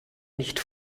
nicht